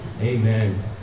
Amen